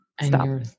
stop